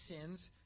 sins